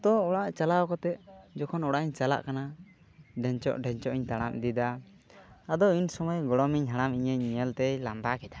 ᱛᱚ ᱚᱲᱟᱜ ᱪᱟᱞᱟᱣ ᱠᱟᱛᱮ ᱡᱚᱠᱷᱚᱱ ᱚᱲᱟᱜ ᱤᱧ ᱪᱟᱞᱟᱜ ᱠᱟᱱᱟ ᱰᱷᱮᱧᱪᱚᱜ ᱰᱷᱮᱧᱪᱚᱜ ᱤᱧ ᱛᱟᱲᱟᱢ ᱤᱫᱟ ᱟᱫᱚ ᱤᱧ ᱥᱳᱢᱳᱭ ᱜᱚᱲᱚᱢ ᱤᱧ ᱦᱟᱲᱟᱢ ᱤᱧ ᱧᱮᱞ ᱛᱮ ᱞᱟᱸᱫᱟ ᱠᱮᱫᱟ